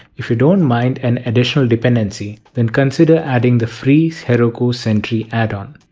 if you don't mind an additional dependency, then consider adding the free heroku sentry add-on.